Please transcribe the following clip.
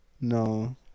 No